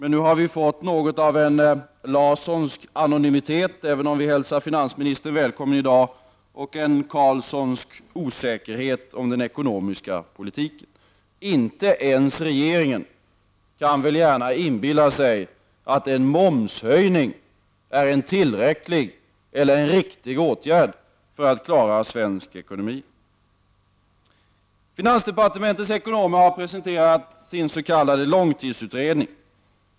Nu har vi fått något av en Larssonsk anonymitet — även om vi hälsar finansministern välkommen i dag — och en Carlssonsk osäkerhet om den ekonomiska politiken. Inte ens regeringen kan väl gärna inbilla sig att en momshöjning är en tillräcklig eller en riktig åtgärd när det gäller att klara svensk ekonomi. Finansdepartementets ekonomer har presenterat sin s.k. långtidsutredning.